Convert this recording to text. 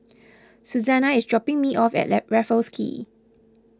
Susana is dropping me off at Raffles Quay